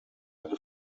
einer